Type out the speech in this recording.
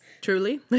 Truly